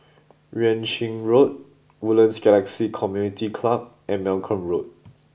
Yuan Ching Road Woodlands Galaxy Community Club and Malcolm Road